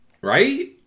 Right